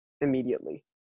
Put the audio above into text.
immediately